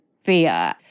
fear